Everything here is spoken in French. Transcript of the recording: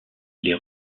les